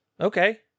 Okay